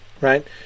right